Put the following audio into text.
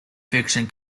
fiction